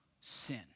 sin